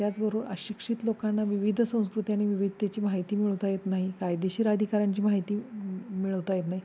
त्याचबरोबर अशिक्षित लोकांना विविध संस्कृती आणि विविधतेची माहिती मिळवता येत नाही कायदेशीर अधिकारांची माहिती मिळवता येत नाही